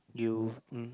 you mm